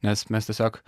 nes mes tiesiog